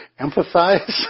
empathize